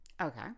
Okay